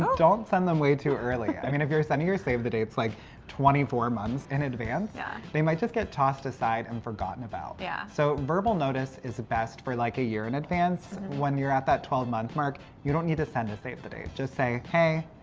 um don't send them way too early. i mean if you're sending your save the dates like twenty four months in advance, yeah they might just get tossed aside and forgotten about. yeah so, verbal notice is best for like a year in advance. when you're at that twelve month mark, you don't need to send a save the date. just say, hey,